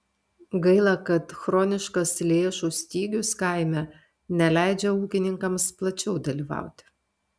gaila kad chroniškas lėšų stygius kaime neleidžia ūkininkams plačiau dalyvauti